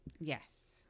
yes